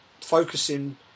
focusing